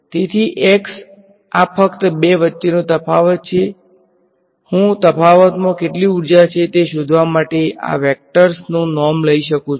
તેથી x આ ફક્ત બે વચ્ચેનો તફાવત છે હું તફાવતમાં કેટલી ઊર્જા છે તે શોધવા માટે આ વેક્ટરનો નોર્મ લઈ શકું છું